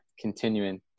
continuing